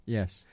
Yes